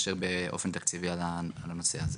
באופן תקציבי על הנושא הזה.